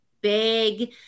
big